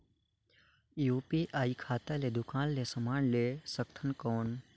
UPI खाता ले दुकान ले समान ले सकथन कौन?